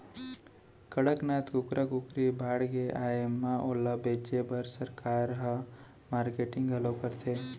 कड़कनाथ कुकरा कुकरी बाड़गे आए म ओला बेचे बर सरकार ह मारकेटिंग घलौ करथे